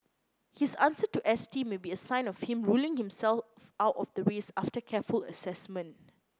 his answer to S T may be a sign of him ruling himself out of the race after careful assessment